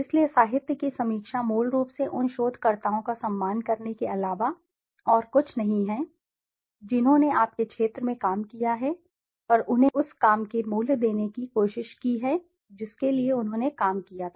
इसलिए साहित्य की समीक्षा मूल रूप से उन शोधकर्ताओं का सम्मान करने के अलावा और कुछ नहीं है जिन्होंने आपके क्षेत्र में काम किया है और उन्हें उस काम के मूल्य देने की कोशिश की है जिसके लिए उन्होंने काम किया था